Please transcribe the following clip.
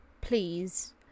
Please